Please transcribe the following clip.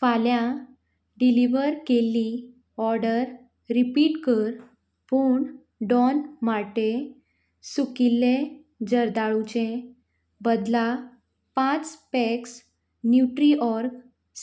फाल्यां डिलिव्हर केल्ली order repeat कर पूण डॉन मार्टे सुकिल्ले जरदाळुचे बदला पांच पॅक्स न्युट्रीऑर्ग